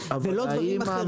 ולא דברים אחרים.